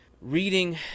reading